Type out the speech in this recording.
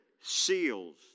seals